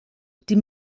die